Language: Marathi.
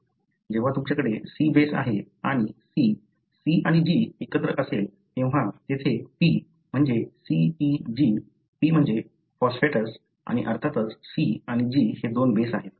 जेव्हा तुमच्याकडे C बेस आहे आणि C C आणि G एकत्र असेल तेव्हा येथे p म्हणजे CpG p म्हणजे फॉस्फेटेस आणि अर्थातच C आणि G हे दोन बेस आहेत